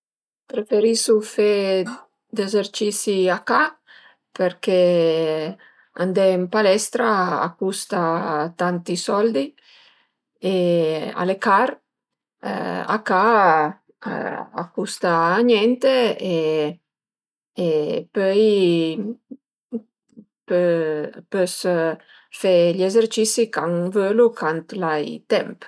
Preferisu fe d'ezercisi a ca perché andé ën palestra a custa tanti soldi e al e car, a ca a custa niente e e pöi pös fe gli ezercisi cant völu, cant l'ai temp